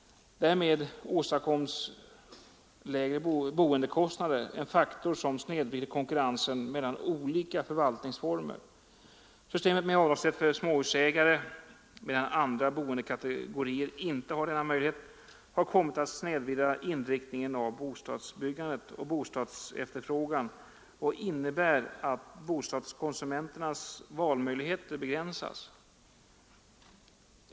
Därmed åstadkoms lägre boendekostnader, en faktor som snedvrider konkurrensen mellan olika förvaltningsformer. Systemet med avdragsrätt för småhusägare, medan andra boendekategorier inte har denna möjlighet, har kommit att snedvrida inriktningen av bostadsbyggandet och bostadsefterfrågan och innebär att bostadskonsumenternas valmöjligheter begränsas.